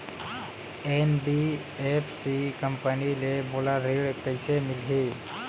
NBFC company ले मोला ऋण कइसे मिलही?